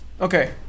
okay